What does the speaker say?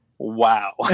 Wow